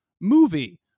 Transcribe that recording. movie